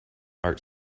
art